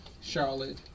Charlotte